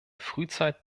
frühzeit